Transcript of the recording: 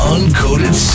Uncoded